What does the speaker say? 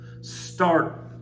Start